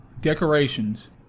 Decorations